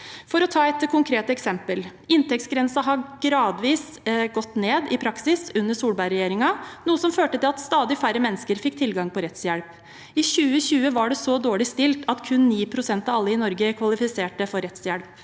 For å ta et konkret eksempel: Inntektsgrensen gikk i praksis gradvis ned under Solberg-regjeringen, noe som førte til at stadig færre mennesker fikk tilgang på rettshjelp. I 2020 var det så dårlig stilt at kun 9 pst. av alle i Norge kvalifiserte for rettshjelp.